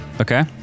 Okay